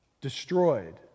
destroyed